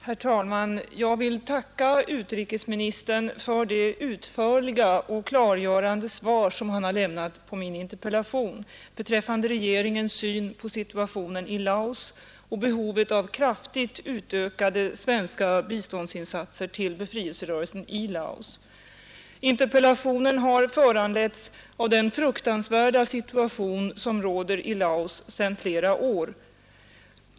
Herr talman! Jag vill tacka utrikesministern för det utförliga och klargörande svar som han har lämnat på min interpellation beträffande regeringens syn på situationen i Laos och behovet av kraftigt utökade svenska biståndsinsatser till befrielserörelsen i Laos. Interpellationen har föranletts av den fruktansvärda situation som råder i Laos sedan flera år.